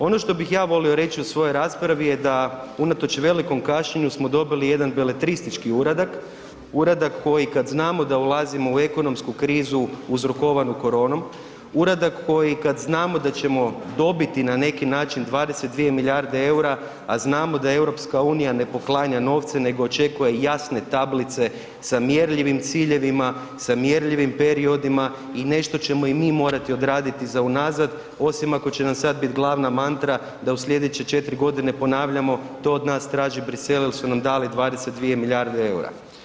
Ono što bih ja volio reći u svojoj raspravi je da, unatoč velikom kašnjenju smo dobili jedan beletristički uradak, uradak koji kad znamo da ulazimo u ekonomsku krizu uzrokovanu koronom, uradak koji, kad znamo da ćemo dobiti, na neki način 22 milijarde eura, a znamo da EU ne poklanja novce nego očekuje jasne tablice sa mjerljivim ciljevima, sa mjerljivim periodima i nešto ćemo i mi morati odraditi za unazad, osim ako će nam sad bit glavna mantra da u sljedeće 4 godine ponavljamo to od nas traži Bruxelles jer su nam dali 22 milijarde eura.